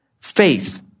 Faith